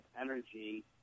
energy